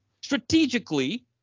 strategically